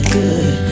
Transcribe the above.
good